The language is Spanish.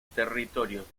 territorios